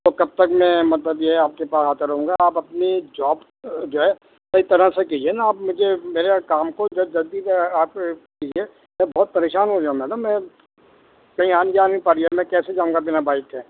تو کب تک میں مطلب یہ کہ آپ کے پاس آتا رہوں گا آپ اپنی جاب جو ہے صحیح طرح سے کیجیے نا آپ مجھے میرے کام کو جلدی آپ کیجیے میں بہت پریشان ہو ریا ہوں میڈم میں کہیں آن جان نہ پا ریا میں کیسے جاؤں گا بنا بائک کے